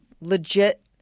legit